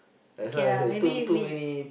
okay lah maybe we